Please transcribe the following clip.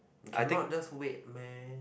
cannot just wait meh